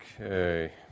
Okay